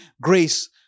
grace